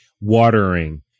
watering